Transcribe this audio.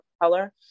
color